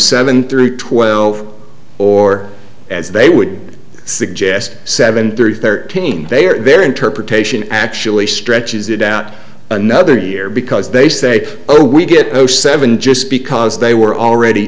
seven three twelve or as they would suggest seven hundred thirteen they or their interpretation actually stretches it out another year because they say oh we get no seven just because they were already